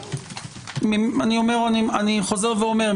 אני חוזר ואומר,